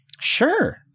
sure